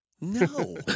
no